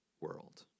world